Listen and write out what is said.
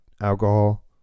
alcohol